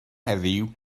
heddiw